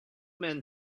men